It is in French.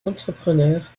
entrepreneur